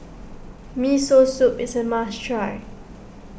Miso Soup is a must try